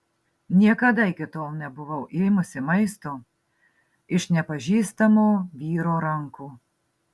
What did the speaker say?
niekada iki tol nebuvau ėmusi maisto iš nepažįstamo vyro rankų